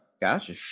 gotcha